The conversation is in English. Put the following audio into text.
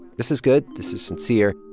this is good, this is sincere.